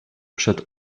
przed